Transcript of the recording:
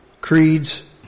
creeds